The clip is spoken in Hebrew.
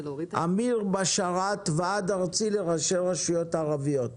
אמיר בשאראת, ועד הארצי לראשי הרשויות הערביות.